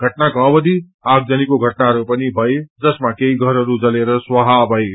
घटनाको अवधि आगजनीको घटाहरू पनि भए जसमा केही घरहरू जलेर स्वाहा भए